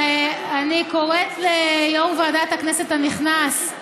ואני קוראת ליו"ר ועדת הכנסת הנכנס,